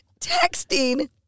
texting